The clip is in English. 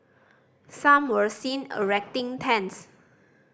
some were seen erecting tents